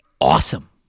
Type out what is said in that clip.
awesome